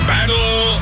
Battle